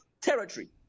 territory